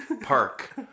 park